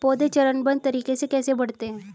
पौधे चरणबद्ध तरीके से कैसे बढ़ते हैं?